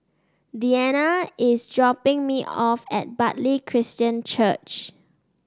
Deanna is dropping me off at Bartley Christian Church